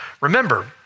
remember